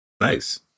Nice